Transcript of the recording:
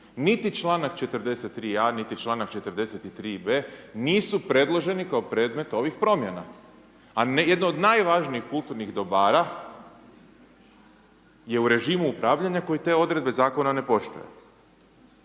niti čl. 43. a, niti čl. 43. b. nisu predloženi kao predmet ovih promjena. A jedno od najvažnijih kulturnih dobara je u režimu upravljanja koji te odredbe Zakona ne poštuje.